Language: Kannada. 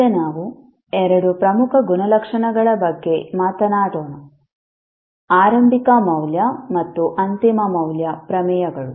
ಈಗ ನಾವು ಎರಡು ಪ್ರಮುಖ ಗುಣಲಕ್ಷಣಗಳ ಬಗ್ಗೆ ಮಾತನಾಡೋಣ ಆರಂಭಿಕ ಮೌಲ್ಯ ಮತ್ತು ಅಂತಿಮ ಮೌಲ್ಯ ಪ್ರಮೇಯಗಳು